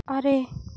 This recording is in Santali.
ᱟᱨᱮ